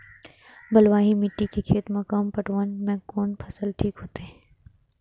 बलवाही मिट्टी के खेत में कम पटवन में कोन फसल ठीक होते?